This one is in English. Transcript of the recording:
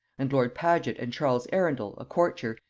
and lord paget and charles arundel, a courtier,